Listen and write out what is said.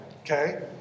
okay